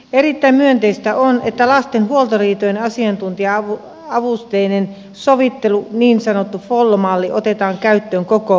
erittäin myönteistä on että lasten huoltoriitojen asiantuntija avusteinen sovittelu niin sanottu follo malli otetaan käyttöön koko maassa